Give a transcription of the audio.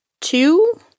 two